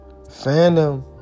Fandom